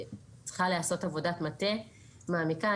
צריכה להיעשות עבודת מטה מעמיקה.